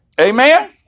Amen